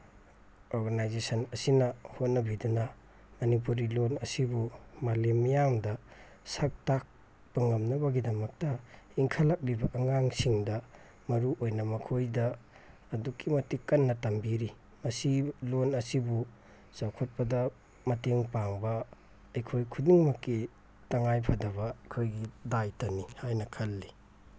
organisation ꯑꯁꯤꯅ ꯍꯣꯠꯅꯕꯤꯗꯨꯅ ꯃꯅꯤꯄꯨꯔꯤ ꯂꯣꯟ ꯑꯁꯤꯕꯨ ꯃꯥꯂꯦꯝ ꯃꯤꯌꯥꯝꯗ ꯁꯛ ꯇꯥꯛꯄ ꯉꯝꯅꯕꯒꯤꯗꯃꯛꯇ ꯏꯟꯈꯠꯂꯛꯂꯤꯕ ꯑꯉꯥꯡꯁꯤꯡꯗ ꯃꯔꯨ ꯑꯣꯏꯅ ꯃꯈꯣꯏꯗ ꯑꯗꯨꯛꯀꯤ ꯃꯇꯤꯛ ꯀꯟꯅ ꯇꯝꯕꯤꯔꯤ ꯃꯁꯤ ꯂꯣꯟ ꯑꯁꯤꯕꯨ ꯆꯥꯎꯈꯠꯄꯗ ꯃꯇꯦꯡ ꯄꯥꯡꯕ ꯑꯩꯈꯣꯏ ꯈꯨꯗꯤꯡꯃꯛꯀꯤ ꯇꯉꯥꯏꯐꯗꯕ ꯑꯩꯈꯣꯏꯒꯤ ꯗꯥꯏꯇꯅꯤ ꯍꯥꯏꯅ ꯈꯜꯂꯤ